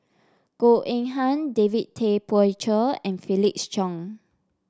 Goh Eng Han David Tay Poey Cher and Felix Cheong